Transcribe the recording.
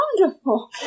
wonderful